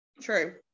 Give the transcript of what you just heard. True